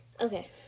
Okay